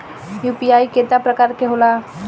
UPI केतना प्रकार के होला?